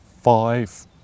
five